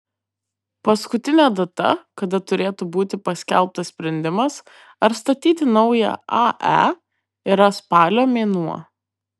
paskutinė data kada turėtų būti paskelbtas sprendimas ar statyti naują ae yra spalio mėnuo